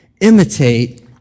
Imitate